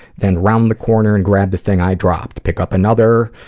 then round the corner and grab the thing i dropped, pick up another,